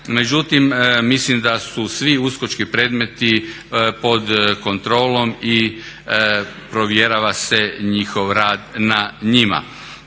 Međutim, mislim da su svi uskočki predmeti pod kontrolom i provjerava se njihov rad na njima.